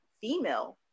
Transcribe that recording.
female